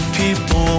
people